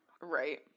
Right